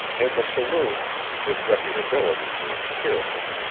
in the saloons the disreputability was cheerful,